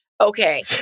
Okay